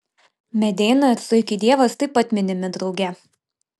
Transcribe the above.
medeina ir zuikių dievas taip pat minimi drauge